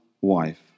wife